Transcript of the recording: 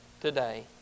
today